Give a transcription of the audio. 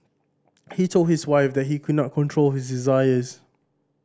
he told his wife that he could not control his desires